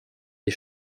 des